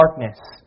darkness